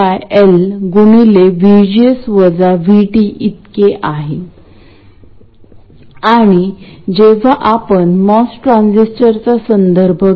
हा source ground आहे आणि लोड हे ड्रेन आणि ग्राउंड दरम्यान जोडलेले आहे हे कॉमन सोर्स एम्पलीफायरचे सार आहे